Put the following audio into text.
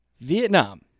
Vietnam